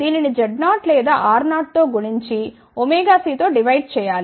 దీనిని Z0 లేదా R0 తో గుణించి wc తో డివైడ్ చేయాలి